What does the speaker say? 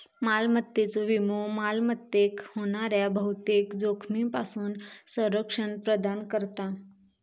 मालमत्तेचो विमो मालमत्तेक होणाऱ्या बहुतेक जोखमींपासून संरक्षण प्रदान करता